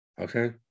Okay